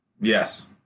yes